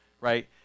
right